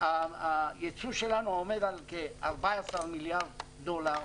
הייצוא שלנו עומד על כ-14 מיליארד דולר.